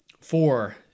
four